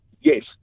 Yes